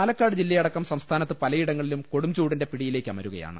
പാലക്കാട് ജില്ലയടക്കം സംസ്ഥാനത്ത് പലയിടങ്ങളും കൊടും ചൂടിന്റെ പിടിയിലേക്കമരുകയാണ്